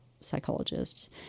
psychologists